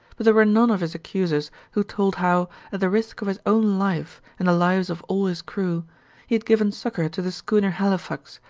but there were none of his accusers who told how, at the risk of his own life and the lives of all his crew, he had given succor to the schooner halifax,